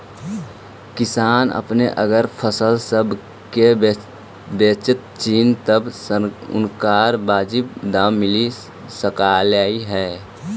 किसान अपने अगर फसल सब के बेचतथीन तब उनकरा बाजीब दाम मिल सकलई हे